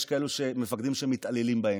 יש כאלה שמפקדים מתעללים בהם,